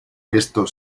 esto